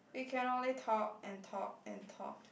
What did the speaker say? we can only talk and talk and talk